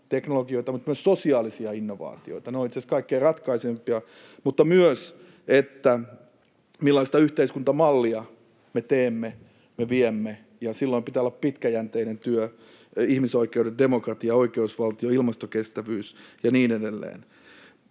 teknologioita, myös sosiaalisia innovaatioita — ne ovat itse asiassa kaikkein ratkaisevimpia — mutta on myös ajateltava sitä, millaista yhteiskuntamallia me teemme, viemme, ja silloin pitää olla pitkäjänteistä työtä, ihmisoikeudet, demokratia, oikeusvaltio, ilmastokestävyys ja niin edelleen.